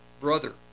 brother